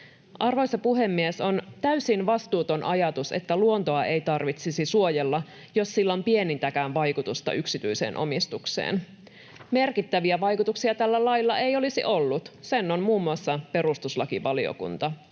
Arvoisa puhemies! On täysin vastuuton ajatus, että luontoa ei tarvitsisi suojella, jos sillä on pienintäkään vaikutusta yksityiseen omistukseen. Merkittäviä vaikutuksia tällä lailla ei olisi ollut, sen on muun muassa perustuslakivaliokunta